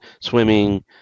swimming